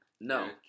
No